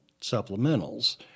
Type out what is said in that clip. supplementals